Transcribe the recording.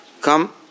come